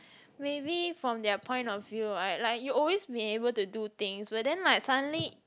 maybe from their point of view I like you always been able to do things but then like suddenly